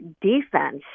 defense